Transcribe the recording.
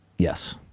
Yes